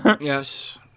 Yes